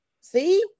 See